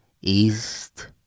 East